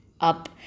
up